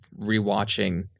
rewatching